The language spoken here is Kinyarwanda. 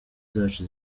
zacu